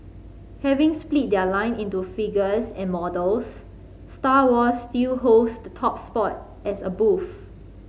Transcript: having split their line into figures and models Star Wars still holds the top spot as a booth